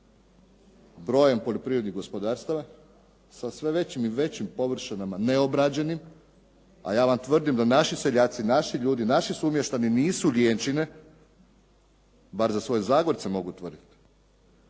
brojem poljoprivrednih gospodarstava, sa sve većim i većim površinama neobrađenim. A ja vam tvrdim da naši seljaci, naši ljudi, naši sumještani nisu ljenčine bar za svoje Zagorce mogu tvrditi,